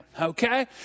Okay